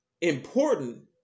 important